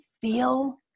feel